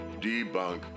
debunk